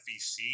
FVC